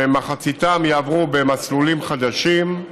שמחציתם יעברו במסלולים חדשים.